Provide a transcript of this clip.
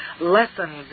lessons